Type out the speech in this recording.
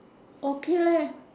okay leh